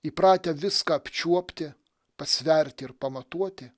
įpratę viską apčiuopti pasverti ir pamatuoti